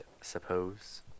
suppose